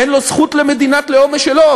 אין לו זכות למדינת לאום משלו.